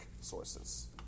sources